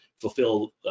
fulfill